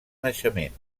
naixement